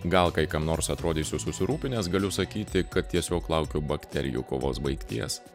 gal kai kam nors atrodysiu susirūpinęs galiu sakyti kad tiesiog laukiu bakterijų kovos baigties